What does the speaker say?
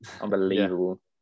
Unbelievable